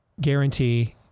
guarantee